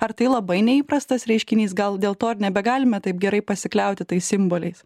ar tai labai neįprastas reiškinys gal dėl to ir nebegalime taip gerai pasikliauti tais simboliais